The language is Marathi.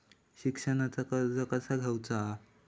शिक्षणाचा कर्ज कसा घेऊचा हा?